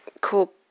cool